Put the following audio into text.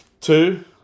Two